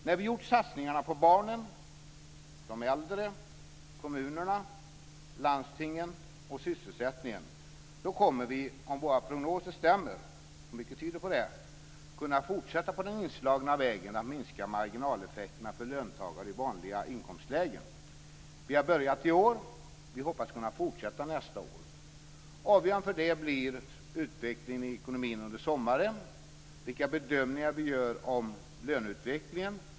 När vi gjort satsningarna på barnen, de äldre, kommunerna, landstingen och sysselsättningen kommer vi, om våra prognoser stämmer - mycket tyder på det - att kunna fortsätta på den inslagna vägen och minska marginaleffekterna för löntagare i vanliga inkomstlägen. Vi har börjat i år. Vi hoppas kunna fortsätta nästa år. Avgörande för det blir utvecklingen i ekonomin under sommaren och vilka bedömningar vi gör om löneutvecklingen.